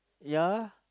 yeah